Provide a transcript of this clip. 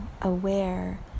aware